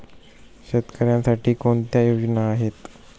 शेतकऱ्यांसाठी कोणत्या योजना आहेत?